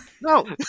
No